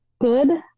Good